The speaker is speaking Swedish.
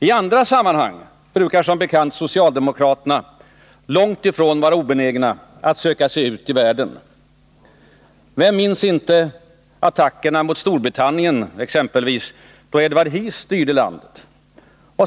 I andra sammanhang brukar som bekant socialdemokraterna långt ifrån vara obenägna att söka sig ut i världen. Vem minns inte attackerna mot exempelvis Storbritannien då Edward Heath styrde landet?